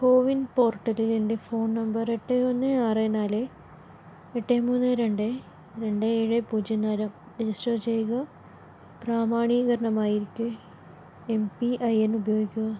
കോ win പോർട്ടലിൽ എൻ്റെ phone number എട്ട് ഒന്ന് ആറ് നാല് എട്ട് മൂന്ന് രണ്ട് രണ്ട് ഏഴ് പൂജ്യം നാല് രജിസ്റ്റർ ചെയ്യുക പ്രാമാണീകരണമായി എനിക്ക് എംപിഐഎൻ ഉപയോഗിക്കുക